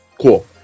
cool